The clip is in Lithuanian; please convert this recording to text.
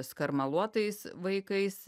skarmaluotais vaikais